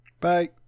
Bye